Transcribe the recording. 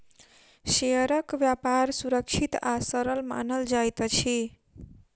शेयरक व्यापार सुरक्षित आ सरल मानल जाइत अछि